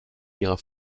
ihrer